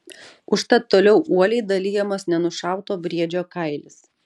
užtat toliau uoliai dalijamas nenušauto briedžio kailis